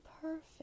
perfect